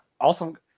Awesome